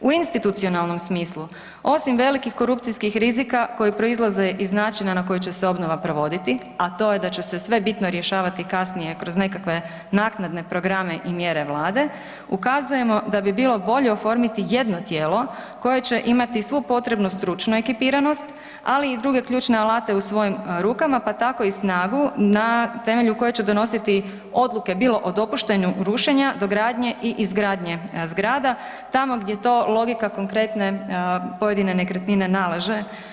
U institucionalnom smislu, osim velikih korupcijskih rizika koji proizlaze iz način na koji će se obnova provoditi, a to je da će se sve bitno rješavati kasnije kroz nekakve naknade programe i mjere Vlade, ukazujemo da bi bilo bolje oformiti jedno tijelo koje će imati svu potrebnu stručnu ekipiranost ali i druge ključne alate u svojim rukama pa tako i snagu na temelju kojih će donositi odluke bilo o dopuštenju rušenja do gradnje i izgradnje zgrada tamo gdje to logika konkretne pojedine nekretnine nalaže.